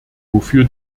wofür